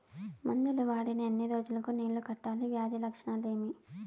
మందులు వాడిన ఎన్ని రోజులు కు నీళ్ళు కట్టాలి, వ్యాధి లక్షణాలు ఏమి?